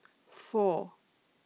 four